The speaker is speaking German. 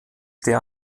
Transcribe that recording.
der